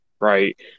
right